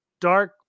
dark